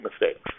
mistakes